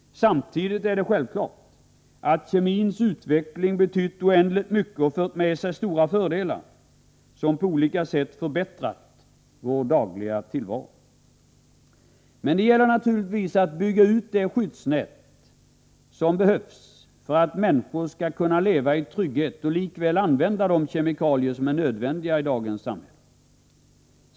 Samtidigt är det självklart att kemins utveckling betytt oändligt mycket och fört med sig stora fördelar, som på olika sätt förbättrat vår dagliga tillvaro. Men det gäller naturligtvis att bygga ut de skyddsnät som behövs för att människor skall kunna leva i trygghet och likväl använda de kemikalier som är nödvändiga i dagens samhälle.